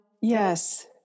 yes